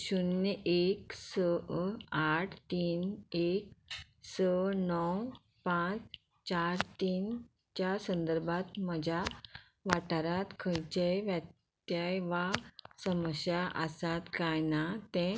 शुन्य एक स आठ तीन एक स णव पांच चार तीन च्या संदर्भांत म्हज्या वाठारांत खंयचेय व्यात्याय वा समश्या आसात काय ना तें